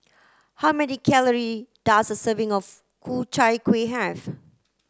how many calorie does a serving of Ku Chai Kuih have